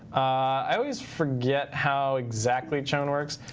i always forget how exactly chown works.